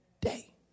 day